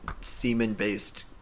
semen-based